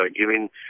giving